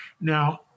Now